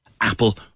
Apple